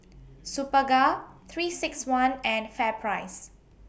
Superga three six one and Fair Price